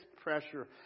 pressure